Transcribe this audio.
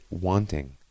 wanting